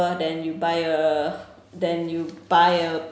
than you buy a than you buy a